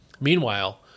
Meanwhile